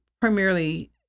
primarily